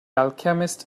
alchemist